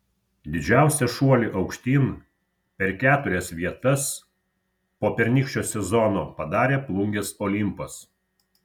didžiausią šuolį aukštyn per keturias vietas po pernykščio sezono padarė plungės olimpas